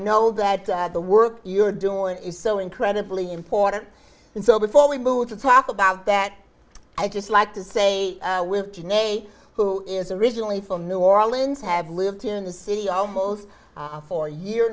know that the work you're doing is so incredibly important and so before we move to talk about that i just like to say with janae who is originally from new orleans have lived in the city almost four year